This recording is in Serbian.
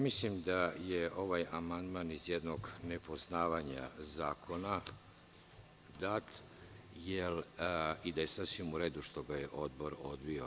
Mislim da je ovaj amandman dat iz jednog nepoznavanja zakona i da je sasvim u redu što ga je Odbor odbio.